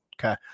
Okay